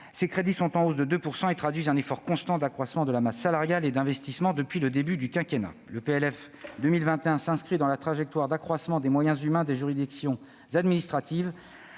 Ces crédits, en hausse de 2 %, traduisent un effort constant d'accroissement de la masse salariale et d'investissement depuis le début du quinquennat. Le PLF pour 2021 s'inscrit dans la trajectoire d'accroissement des moyens humains des juridictions administratives